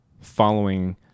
following